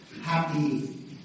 happy